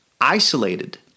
isolated